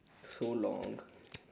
so long